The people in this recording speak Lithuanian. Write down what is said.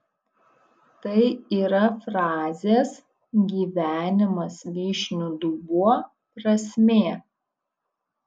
tai yra frazės gyvenimas vyšnių dubuo prasmė